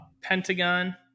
Pentagon